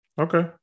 Okay